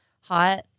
hot